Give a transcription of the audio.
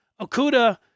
Okuda